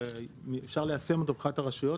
אפשר ליישם אותו מבחינת הרשויות,